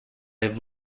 have